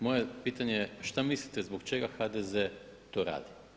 Moje pitanje je šta mislite zbog čega HDZ to radi?